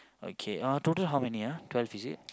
okay uh total how many ah twelve is it